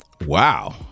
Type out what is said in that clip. Wow